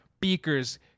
Beakers